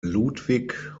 ludwig